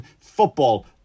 football